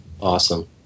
Awesome